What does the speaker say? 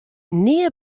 nea